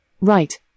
Right